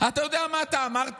אתה יודע מה אתה אמרת?